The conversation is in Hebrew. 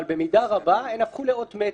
אבל במידה רבה הן הפכו לאות מתה.